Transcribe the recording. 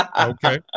Okay